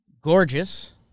Gorgeous